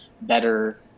better